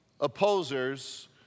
opposers